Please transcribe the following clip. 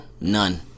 none